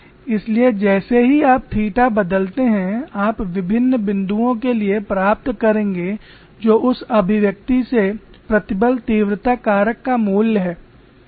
इसलिए जैसे ही आप थीटा बदलते हैं आप विभिन्न बिंदुओं के लिए प्राप्त करेंगे जो उस अभिव्यक्ति से प्रतिबल तीव्रता कारक का मूल्य है